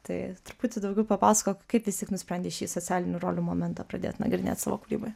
tai truputį daugiau papasakok kaip vis tik nusprendei šį socialinių rolių momentą pradėt nagrinėt savo kūryboje